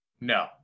No